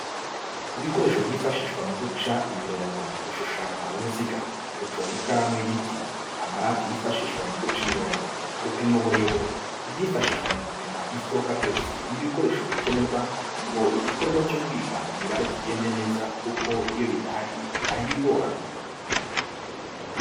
Ibikoresho byifashishwa mu guca imirongo, gushushanya uruziga, guconga ikaramu y'igiti, amarati yifashishwa mu guca imirongo, gupima uburebure, ibyifashishwa mu gupima imfuruka byose ni ibikoresho bikenerwa ngo igikorwa cyo kwiga imibare kigende neza kuko iyo bidahari hari ibigorana.